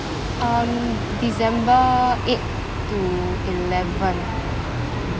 um december eight to eleven